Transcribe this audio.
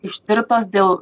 ištirtos dėl